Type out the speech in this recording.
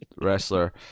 wrestler